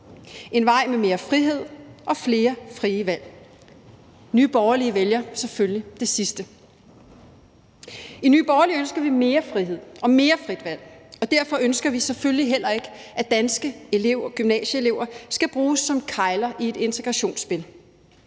en vej med mere frihed og flere frie valg? Nye Borgerlige vælger selvfølgelig det sidste. I Nye Borgerlige ønsker vi mere frihed og mere frit valg, og derfor ønsker vi selvfølgelig heller ikke, at danske gymnasieelever skal bruges som kegler i et integrationsspil